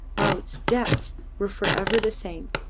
while its depths were for ever the same,